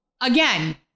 again